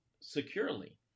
securely